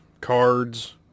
cards